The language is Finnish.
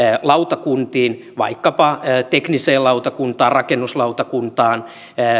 lautakuntiin vaikkapa tekniseen lautakuntaan rakennuslautakuntaan